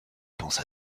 pense